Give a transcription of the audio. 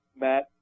Matt –